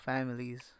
families